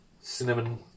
cinnamon